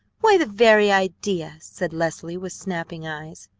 why, the very idea! said leslie with snapping eyes.